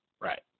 Right